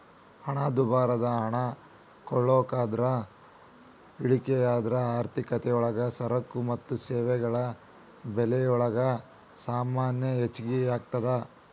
ಹಣದುಬ್ಬರದ ಹಣ ಕೊಳ್ಳೋದ್ರಾಗ ಇಳಿಕೆಯಾದ್ರ ಆರ್ಥಿಕತಿಯೊಳಗ ಸರಕು ಮತ್ತ ಸೇವೆಗಳ ಬೆಲೆಗಲೊಳಗ ಸಾಮಾನ್ಯ ಹೆಚ್ಗಿಯಾಗ್ತದ